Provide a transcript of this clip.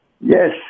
Yes